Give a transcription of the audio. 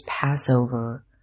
Passover